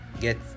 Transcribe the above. get